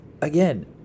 again